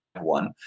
one